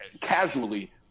casually